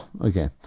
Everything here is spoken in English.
okay